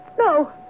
No